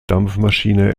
dampfmaschine